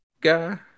guy